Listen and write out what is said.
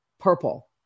purple